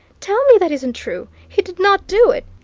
tell me that isn't true! he did not do it,